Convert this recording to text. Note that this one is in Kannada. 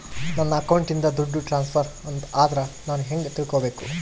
ನನ್ನ ಅಕೌಂಟಿಂದ ದುಡ್ಡು ಟ್ರಾನ್ಸ್ಫರ್ ಆದ್ರ ನಾನು ಹೆಂಗ ತಿಳಕಬೇಕು?